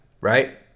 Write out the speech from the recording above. right